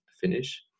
finish